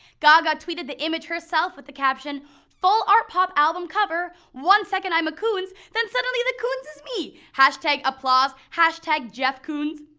gaga tweeted the image herself, with the caption full artpop album cover. one second i'm a koons, then suddenly the koons is me! hashtag applause, hashtag jeff koons.